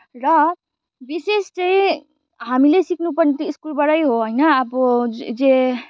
र विशेष चाहिँ हामीले सिक्नुपर्ने त्यो स्कुलबाटै हो होइन अब जे जे